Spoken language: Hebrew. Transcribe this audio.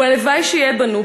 ולוואי שיהיו בנו,